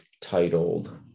titled